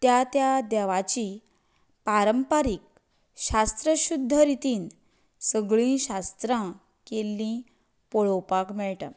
त्या त्या देवाची पारंपारीक शास्त्रशुद्ध रितीन सगळी शास्त्रां केल्लीं पळोवपाक मेळटा